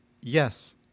Yes